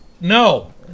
No